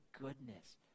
goodness